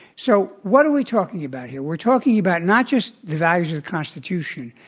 so what are we talking about here? we're talking about not just the values of the constitution,